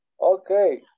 Okay